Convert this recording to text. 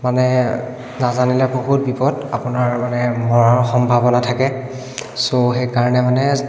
মানে নেজানিলে বহুত বিপদ আপোনাৰ মানে মৰাৰ সম্ভাৱনা থাকে ছ' সেইকাৰণে মানে